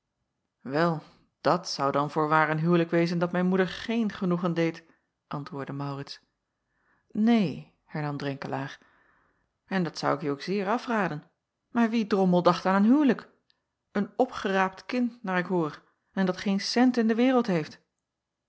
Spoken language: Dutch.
wel dat zou dan voorwaar een huwelijk wezen dat mijn moeder geen genoegen deed antwoordde maurits neen hernam drenkelaer en dat ik je ook zeer zou afraden maar wie drommel dacht aan een huwelijk een opgeraapt kind naar ik hoor en dat geen cent in de wereld heeft